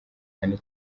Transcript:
cyane